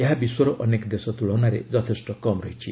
ଏହା ବିଶ୍ୱର ଅନେକ ଦେଶ ତ୍ରଳନାରେ ଯଥେଷ୍ଟ କମ୍ ରହିଛି